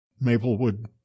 maplewood